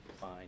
Fine